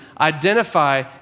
identify